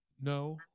No